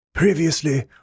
Previously